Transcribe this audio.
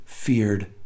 Feared